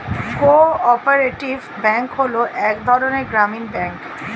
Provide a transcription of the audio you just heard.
co operative bank হলো এক ধরনের গ্রামীণ ব্যাঙ্ক